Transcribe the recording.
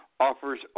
offers